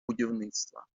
будівництва